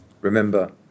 remember